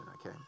okay